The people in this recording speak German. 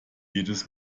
jedes